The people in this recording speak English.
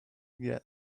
get